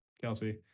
Kelsey